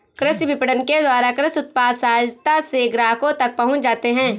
कृषि विपणन के द्वारा कृषि उत्पाद सहजता से ग्राहकों तक पहुंच जाते हैं